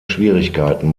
schwierigkeiten